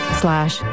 slash